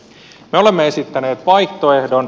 me olemme esittäneet vaihtoehdon